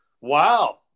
wow